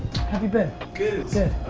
have you been? good!